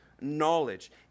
knowledge